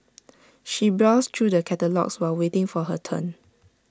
she browsed through the catalogues while waiting for her turn